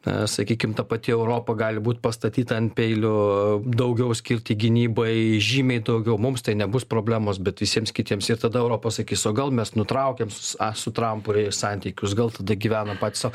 a sakykim ta pati europa gali būt pastatyta ant peilio daugiau skirti gynybai žymiai daugiau mums tai nebus problemos bet visiems kitiems ir tada europa sakys o gal mes nutraukiam su a su trampu santykius gal tada gyvenam patyssau